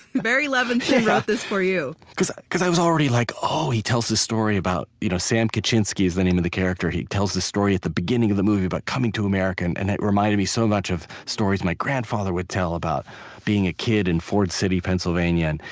barry levinson wrote this for you. because because i was already like oh, he tells this story about you know sam krichinsky is the name of the character. he tells this story at the beginning of the movie, about but coming to america, and it reminded me so much of stories my grandfather would tell about being a kid in ford city, pennsylvania. and